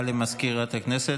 לחוק-יסוד: